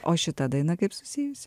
o šita daina kaip susijusi